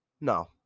No